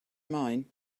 mine